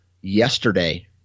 yesterday